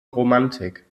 romantik